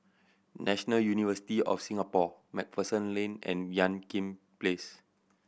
National University of Singapore Macpherson Lane and Ean Kiam Place